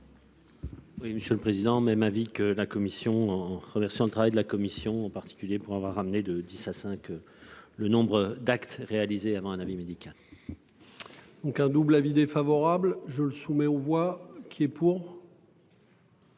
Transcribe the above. Oui, monsieur le président. Même avis que la commission en remerciant le travail de la commission, en particulier pour avoir ramené de 10 à 5. Le nombre d'actes réalisés avant un avis médical. Donc un double avis défavorable, je le soumets aux voix qui est pour.